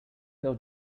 how